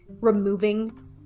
removing